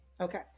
okay